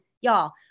y'all